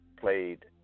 played